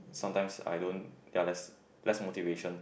sometimes I don't ya that's less motivation